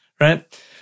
right